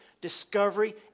discovery